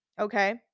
Okay